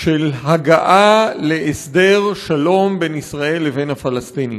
של הגעה להסדר שלום בין ישראל לבין הפלסטינים.